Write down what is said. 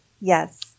Yes